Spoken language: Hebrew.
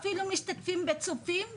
אפילו משתתפות בצופים,